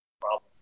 problem